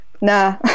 nah